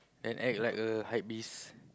and act like a hype beast